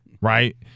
right